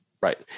Right